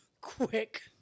quick